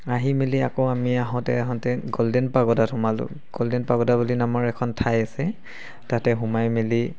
আহি মেলি আকৌ আমি আহোঁতে আহোঁতে গ'ল্ডেন পাগোৰাত সোমালোঁ গ'ল্ডেন পাগোৰা বুলি নামৰ এখন ঠাই আছে তাতে সোমাই মেলি